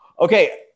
okay